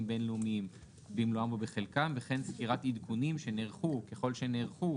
בינלאומיים במלואם ובחלקם וכן סקירת עדכונים שנערכו ככל שנערכו,